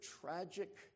tragic